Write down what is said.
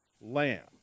Lamb